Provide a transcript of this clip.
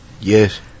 yes